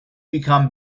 become